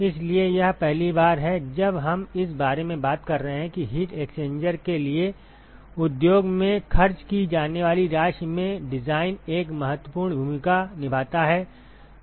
इसलिए यह पहली बार है जब हम इस बारे में बात कर रहे हैं कि हीट एक्सचेंजर के लिए उद्योग में खर्च की जाने वाली राशि में डिज़ाइन एक मजबूत भूमिका निभाता है